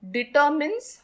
determines